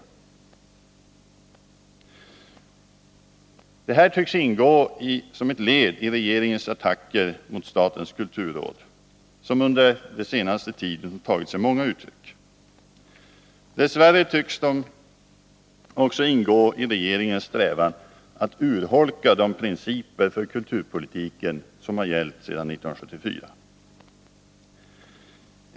Det här tycks ingå som ett led i regeringens attacker mot statens kulturråd, som under den senaste tiden har tagit sig många uttryck. Dess värre tycks de också ingå i regeringens strävan att urholka de principer för kulturpolitiken som har gällt sedan 1974.